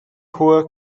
hoher